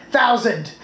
Thousand